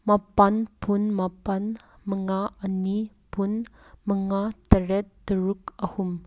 ꯃꯥꯄꯜ ꯐꯨꯟ ꯃꯥꯄꯜ ꯃꯉꯥ ꯑꯅꯤ ꯐꯨꯟ ꯃꯉꯥ ꯇꯔꯦꯠ ꯇꯔꯨꯛ ꯑꯍꯨꯝ